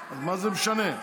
אז מה זה משנה.